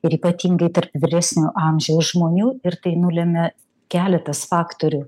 ir ypatingai tarp vyresnio amžiaus žmonių ir tai nulemia keletas faktorių